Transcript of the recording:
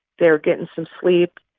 they're getting some sleep.